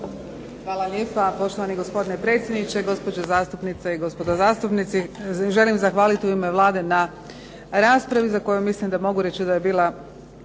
Hvala lijepa. Poštovani gospodine predsjedniče, gospođe zastupnice i gospodo zastupnici. Želim zahvaliti u ime Vlade na raspravi za koju mislim da mogu reći da je bila